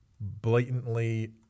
blatantly